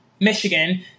michigan